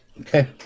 Okay